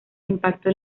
impacto